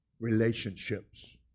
relationships